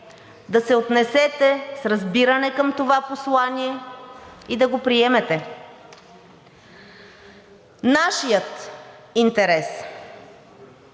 да се отнесете с разбиране към това послание и да го приемете. Нашият интерес,